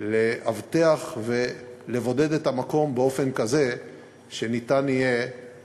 לאבטח ולבודד את המקום באופן כזה שניתן יהיה